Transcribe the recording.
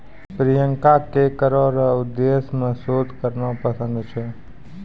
प्रियंका के करो रो उद्देश्य मे शोध करना पसंद छै